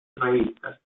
revistas